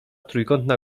trójkątna